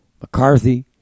McCarthy